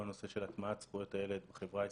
הנושא של הטמעת זכויות הילד בחברה הישראלית.